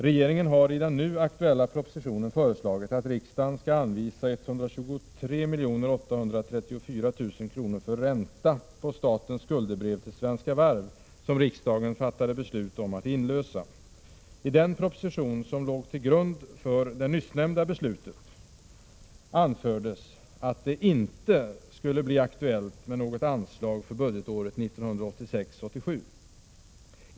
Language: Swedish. Regeringen har i den nu aktuella propositionen föreslagit att riksdagen skall anvisa 123 834 000 kr. för ränta på statens skuldebrev till Svenska Varv som riksdagen fattade beslut om att inlösa. I den proposition som låg till grund för det nyssnämnda beslutet anfördes att det inte skulle bli aktuellt med något anslag för budgetåret 1986/87.